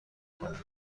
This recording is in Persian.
کنید